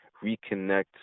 Reconnect